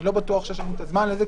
אני לא בטוח שיש לנו את הזמן לזה.